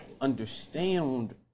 understand